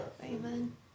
Amen